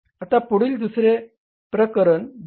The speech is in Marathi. आता पुढील दुसरे प्रकरण 32